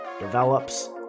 develops